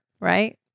right